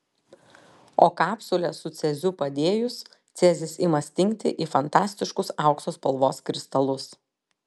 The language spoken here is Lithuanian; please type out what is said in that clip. o kapsulę su ceziu padėjus cezis ima stingti į fantastiškus aukso spalvos kristalus